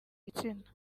gitsina